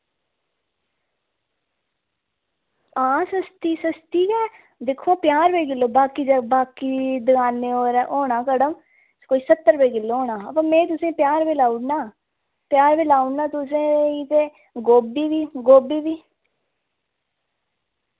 हां सस्ती सस्ती गै दिक्खो पंजाह् रपेऽ किल्लो बाकी बाकी दकानें पर होना कड़म कोई सत्तर रपेऽ किल्लो होना हा अवा में तुसेंगी पंजाह् रपेऽ लाऊना पंजाह् रपेऽ लाऊना तुसें गी ते गोभी बी गोभी बी